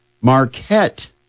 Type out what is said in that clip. Marquette